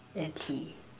and tea